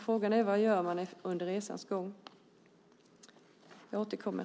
Frågan är: Vad gör man under resans gång? Jag återkommer.